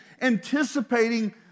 anticipating